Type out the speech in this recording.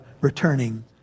returning